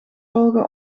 volgen